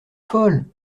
folle